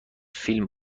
فیلم